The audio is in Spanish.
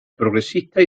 progresista